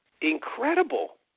incredible